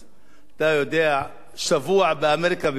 בשבוע באמריקה ביחד הספקנו להכיר אחד את השני.